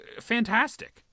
fantastic